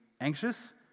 anxious